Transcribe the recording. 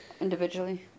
individually